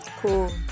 Cool